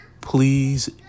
please